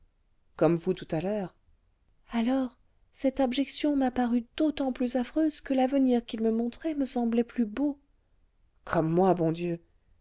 comme vous tout à l'heure alors cette abjection m'a paru d'autant plus affreuse que l'avenir qu'il me montrait me semblait plus beau comme moi bon dieu